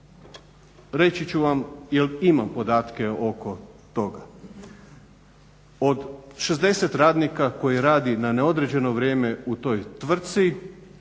reći ću vam jer imam podatke oko toga. Od 60 radnika koji rade na neodređeno vrijeme u toj tvrci